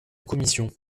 commission